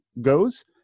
goes